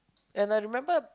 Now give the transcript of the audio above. and I remember